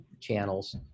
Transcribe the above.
channels